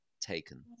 taken